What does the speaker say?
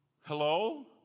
Hello